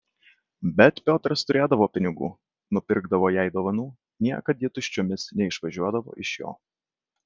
bet piotras turėdavo pinigų nupirkdavo jai dovanų niekada ji tuščiomis neišvažiuodavo iš jo